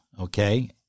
Okay